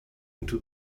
into